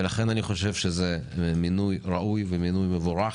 לכן אני חושב שזה מינוי ראוי ומבורך.